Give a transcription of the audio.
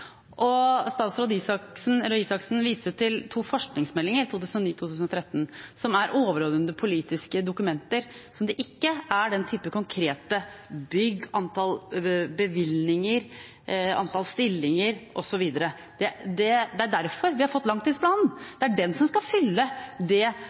forskningsmelding. Statsråd Røe Isaksen viste til to forskningsmeldinger, forskningsmeldingen 2009 og forskningsmeldingen 2013, som er overordnede politiske dokumenter der det ikke står om den type konkrete bygg, antall bevilgninger, antall stillinger osv. Det er derfor vi har fått langtidsplanen. Det er den som skal fylle det